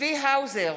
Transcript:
צבי האוזר,